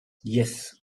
yes